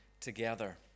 together